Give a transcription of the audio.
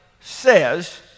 says